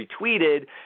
retweeted